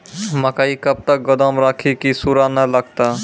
मकई कब तक गोदाम राखि की सूड़ा न लगता?